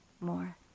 more